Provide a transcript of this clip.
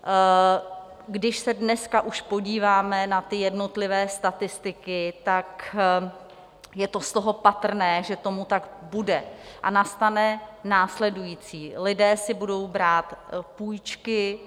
A když se dneska už podíváme na ty jednotlivé statistiky, tak je to z toho patrné, že tomu tak bude, a nastane následující: lidé si budou brát půjčky.